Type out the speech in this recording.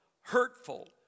hurtful